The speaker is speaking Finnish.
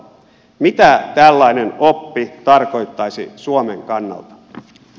mitä tällainen oppi tarkoittaisi suomen kannalta